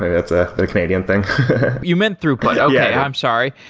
that's a canadian thing you meant throughput. okay, i'm sorry.